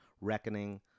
Reckoning